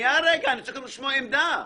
אני רוצה לשמוע עמדה.